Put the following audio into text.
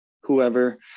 whoever